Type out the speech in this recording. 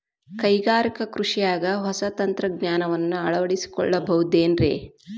ಕೈಗಾರಿಕಾ ಕೃಷಿಯಾಗ ಹೊಸ ತಂತ್ರಜ್ಞಾನವನ್ನ ಅಳವಡಿಸಿಕೊಳ್ಳಬಹುದೇನ್ರೇ?